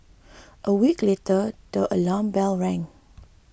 a week later the alarm bells rang